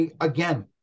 again